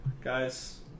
guys